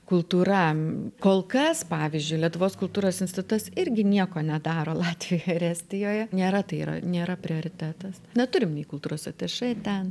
kultūra kol kas pavyzdžiui lietuvos kultūros institutas irgi nieko nedaro latvijoj ir estijoje nėra tai yra nėra prioritetas neturim nei kultūros atašė ten